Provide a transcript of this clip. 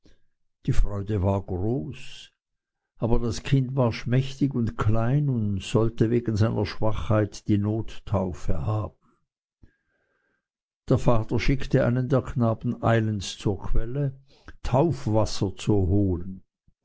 die freude war groß aber das kind war schmächtig und klein und sollte wegen seiner schwachheit die nottaufe haben der vater schickte einen der knaben eilends zur quelle taufwasser zu holen